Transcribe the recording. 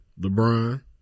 LeBron